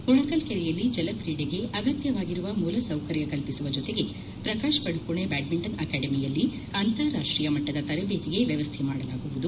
ಉಣಕಲ್ ಕೆರೆಯಲ್ಲಿ ಜಲ ಕ್ರೀಡೆಗೆ ಅಗತ್ಯವಾಗಿರುವ ಮೂಲ ಸೌಕರ್ಯ ಕಲ್ಪಿಸುವ ಜೊತೆಗೆ ಪ್ರಕಾಶ್ ಪದುಕೋಣೆ ಬ್ಯಾಡ್ಮಿಂಟನ್ ಅಕಾಡೆಮಿಯಲ್ಲಿ ಅಂತಾರಾಷ್ಟೀಯ ಮಟ್ಟದ ತರಬೇತಿಗೆ ವ್ಯವಸ್ಥೆ ಮಾಡಲಾಗುವುದು